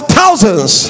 thousands